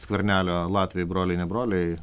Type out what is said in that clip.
skvernelio latviai broliai ne broliai